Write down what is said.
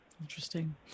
Interesting